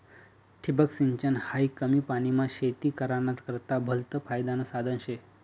ठिबक सिंचन हायी कमी पानीमा शेती कराना करता भलतं फायदानं साधन शे